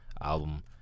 album